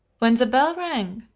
when the bell rang,